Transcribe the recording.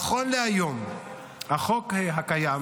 נכון להיום החוק הקיים